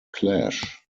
clash